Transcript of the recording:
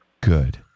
Good